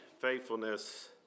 faithfulness